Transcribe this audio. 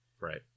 right